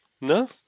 No